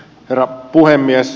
herra puhemies